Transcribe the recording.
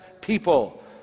people